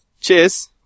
Cheers